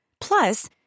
Plus